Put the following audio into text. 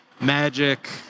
Magic